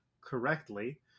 correctly